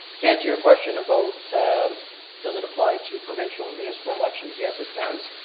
to answer your question about does it apply to provincial and municipal elections, yes it does.